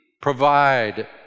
provide